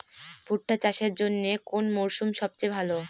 ভুট্টা চাষের জন্যে কোন মরশুম সবচেয়ে ভালো?